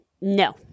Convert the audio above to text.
No